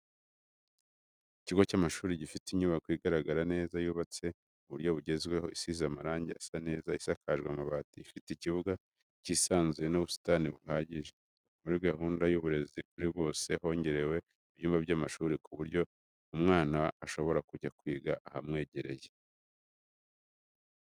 Ikigo cy'amashuri gifite inyubako igaragara neza yubatse mu buryo bugezweho isize amarange asa neza isakajwe amabati, ifite ikibuga cyisanzuye n'ubusitani buhagije, muri gahunda y'uburezi kuri bose hongerewe ibyumba by'amashuri ku buryo umwana wese ashobora kujya kwiga ahamwegereye.